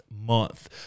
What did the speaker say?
month